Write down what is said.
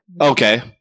Okay